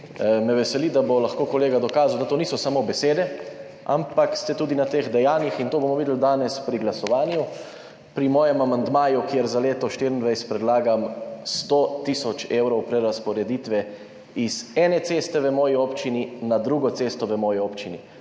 Me veseli, da bo lahko kolega dokazal, da to niso samo besede, ampak ste tudi na teh dejanjih. In to bomo videli danes pri glasovanju pri mojem amandmaju, kjer za leto 2024 predlagam 100 tisoč evrov prerazporeditve z ene ceste v moji občini na drugo cesto v moji občini.